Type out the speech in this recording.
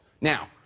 Now